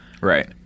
right